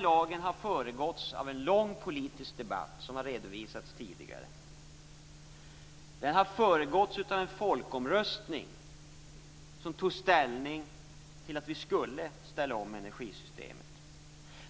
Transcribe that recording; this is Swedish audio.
Lagen har föregåtts av en lång politisk debatt, som har redovisats tidigare. Den har föregåtts av en folkomröstning, där folket tog ställning för att vi skulle ställa om energisystemet.